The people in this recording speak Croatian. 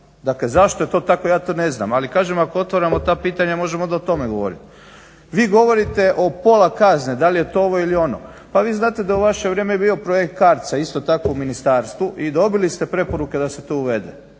Dakle, zašto je to tako? Ja to ne znam, ali kažem ako otvaramo ta pitanja možemo onda o tome govoriti. Vi govorite o pola kazne, da li je to ovo ili ono. Pa vi znate da je u vaše vrijeme bio projekt CARDS-a isto tako u ministarstvu i dobili ste preporuke da se to uvede.